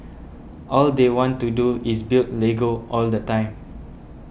all they want to do is build Lego all the time